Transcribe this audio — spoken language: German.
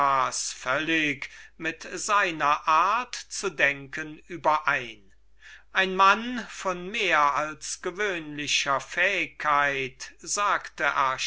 völlig mit seiner art zu denken überein ein mann von mehr als gewöhnlicher fähigkeit sagte